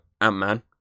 Ant-Man